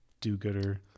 do-gooder